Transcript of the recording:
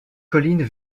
collines